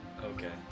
Okay